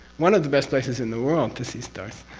one of the best places in the world to see stars,